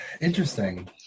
interesting